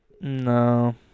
No